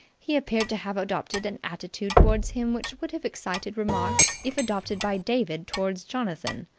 he appeared to have adopted an attitude towards him which would have excited remark if adopted by david towards jonathan.